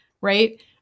right